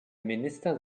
minister